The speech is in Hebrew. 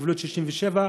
בגבולות 67',